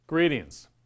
Greetings